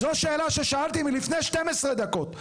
זו שאלה ששאלתי מלפני 12 דקות.